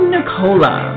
Nicola